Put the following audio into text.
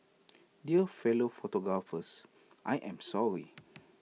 dear fellow photographers I am sorry